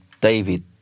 David